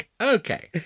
Okay